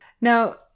Now